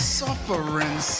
suffering